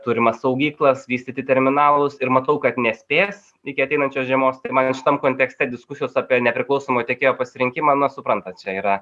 turimas saugyklas vystyti terminalus ir matau kad nespės iki ateinančios žiemos tai man šitam kontekste diskusijos apie nepriklausomo tiekėjo pasirinkimą na suprantat čia yra